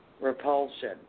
Repulsion